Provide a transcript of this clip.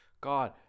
God